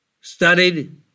studied